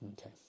Okay